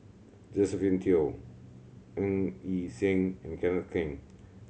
Josephine Teo Ng Yi Sheng and Kenneth Keng